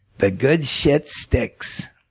the good shit sticks.